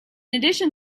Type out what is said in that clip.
addition